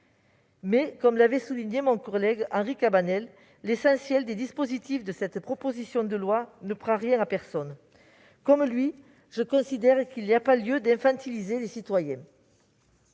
l'avait toutefois souligné mon collègue Henri Cabanel, l'essentiel des dispositifs de cette proposition de loi ne prend rien à personne. Comme lui, je considère qu'il n'y a pas lieu d'infantiliser les citoyens.